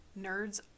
nerds